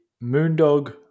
Moondog –